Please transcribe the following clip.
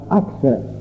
access